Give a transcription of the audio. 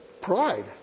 Pride